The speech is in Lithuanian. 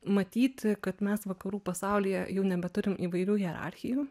matyti kad mes vakarų pasaulyje jau nebeturim įvairių hierarchijų